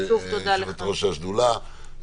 יושבת-ראש השדולה,